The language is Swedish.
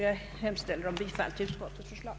Jag hemställer om bifall till utskotteis förslag.